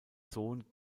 sohn